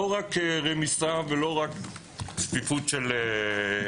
לא רק רמיסה ולא רק צפיפות של אנשים.